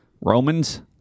Romans